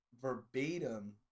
verbatim